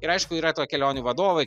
ir aišku yra to kelionių vadovai